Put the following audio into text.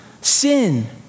sin